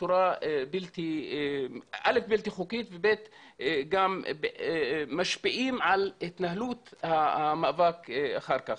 בצורה בלתי חוקית ובצורה שמשפיעה על התנהלות המאבק אחר כך.